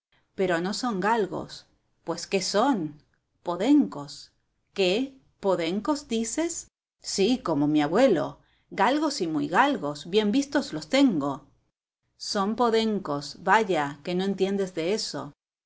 pero no son galgos pues qué son podencos qué podencos dices sí como mi abuelo galgos y muy galgos bien vistos los tengo son podencos vaya que no entiendes de eso